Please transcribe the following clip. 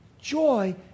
joy